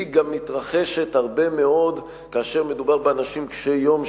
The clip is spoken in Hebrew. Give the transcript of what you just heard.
היא גם מתרחשת הרבה מאוד כאשר מדובר באנשים קשי-יום,